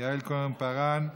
יעל כהן-פארן,